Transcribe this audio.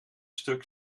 stuk